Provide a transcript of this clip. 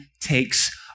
takes